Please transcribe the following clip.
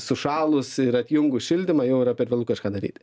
sušalus ir atjungus šildymą jau yra per vėlu kažką daryti